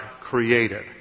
created